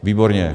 Výborně.